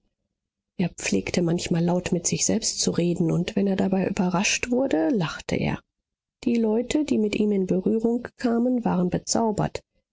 er pflegte manchmal laut mit sich selbst zu reden und wenn er dabei überrascht wurde lachte er die leute die mit ihm in berührung kamen waren bezaubert